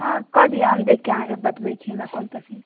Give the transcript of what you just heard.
हँ कऽ दिअ हम देखि कऽ अहाँकेँ बतबै छी हमरा कोन पसीन